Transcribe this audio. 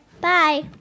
Bye